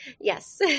Yes